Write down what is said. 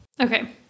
Okay